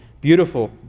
beautiful